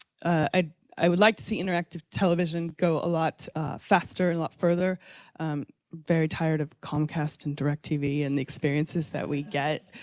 ah i would like to see interactive television go a lot faster and a lot further. i'm very tired of comcast and directv and experiences that we get,